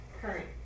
current